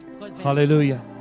Hallelujah